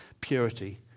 purity